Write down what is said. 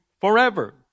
forever